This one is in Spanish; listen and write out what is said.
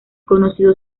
conocido